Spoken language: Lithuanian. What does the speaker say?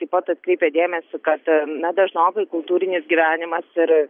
taip pat atkreipia dėmesį kad na dažnokai kultūrinis gyvenimas ir